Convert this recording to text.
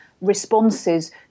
responses